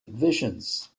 visions